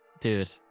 dude